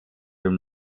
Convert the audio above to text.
dem